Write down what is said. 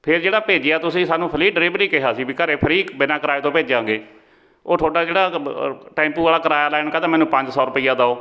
ਫੇਰ ਜਿਹੜਾ ਭੇਜਿਆ ਤੁਸੀਂ ਸਾਨੂੰ ਫਰੀ ਡਿਲੀਵਰੀ ਕਿਹਾ ਸੀ ਵੀ ਘਰ ਫਰੀ ਬਿਨਾ ਕਿਰਾਏ ਤੋਂ ਭੇਜਾਂਗੇ ਉਹ ਤੁਹਾਡਾ ਜਿਹੜਾ ਟੈਂਪੂ ਵਾਲਾ ਕਿਰਾਇਆ ਲੈਣ ਕਹਿੰਦਾ ਮੈਨੂੰ ਪੰਜ ਸੌ ਰੁਪਈਆ ਦਿਉ